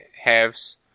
halves